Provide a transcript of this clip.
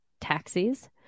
taxis